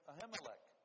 Ahimelech